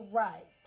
right